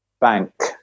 bank